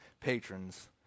patrons